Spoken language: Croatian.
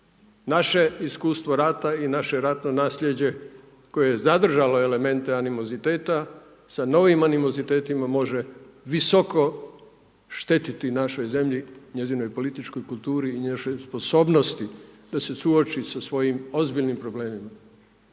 Naše iskustvo rata i naše ratno nasljeđe koje je zadržalo elemente animoziteta sa novim animozitetima može visoko štetiti našoj zemlji, njezinoj političkoj kulturi i njezinoj sposobnosti da se suoči sa svojim ozbiljnim problemima.